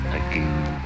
again